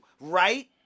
right